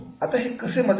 आता हे कसे मदत करते